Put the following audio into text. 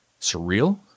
surreal